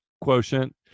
quotient